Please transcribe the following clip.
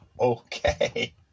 Okay